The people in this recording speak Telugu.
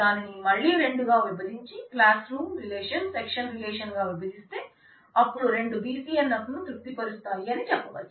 దానిని మళ్ళీ రెండు గా విభజించి classroom relation section relation గా విభజిస్తే అపుడు రెండూ BCNF ను తృప్తి పరుస్తాయి అని చెప్పవచ్చు